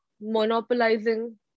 monopolizing